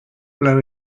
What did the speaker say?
blow